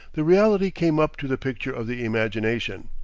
the reality came up to the picture of the imagination.